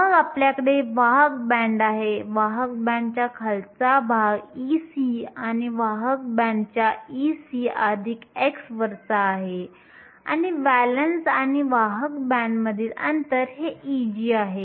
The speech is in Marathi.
मग आपल्याकडे वाहक बँड आहे वाहक बँडच्या खालचा भाग Ec आणि वाहक बँडच्या Ec χ वरचा आहे आणि व्हॅलेन्स आणि वाहक बँडमधील अंतर हे Eg आहे